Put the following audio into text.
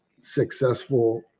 successful